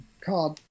card